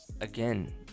again